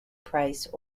price